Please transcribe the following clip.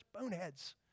boneheads